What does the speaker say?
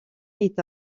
est